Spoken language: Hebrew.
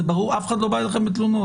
אף אחד לא בא אליכם בתלונות.